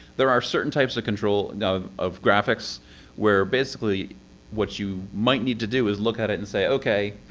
there are certain types of control and of of graphics where basically what you might need to do is look at it and say okay.